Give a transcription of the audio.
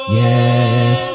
yes